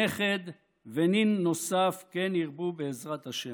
נכד ונין נוסף, כן ירבו, בעזרת השם.